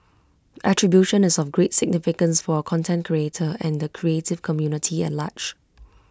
attribution is of great significance for A content creator and the creative community at large